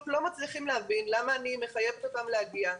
לא מצליחים להבין למה אני מחייבת אותם להגיע.